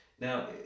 Now